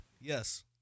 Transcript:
Yes